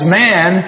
man